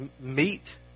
meet